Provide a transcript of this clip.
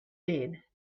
did